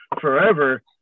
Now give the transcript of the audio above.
forever